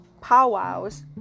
powwows